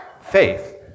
faith